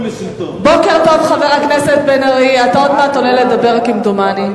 חבר הכנסת מולה,